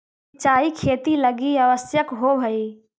सिंचाई खेती लगी आवश्यक होवऽ हइ